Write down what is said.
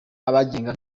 abagenga